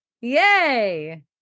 Yay